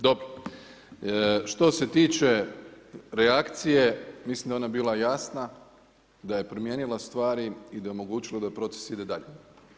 Dobro, što se tiče reakcije mislim da je ona bila jasna, da je promijenila stvari i da je omogućilo da proces ide dalje.